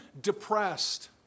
depressed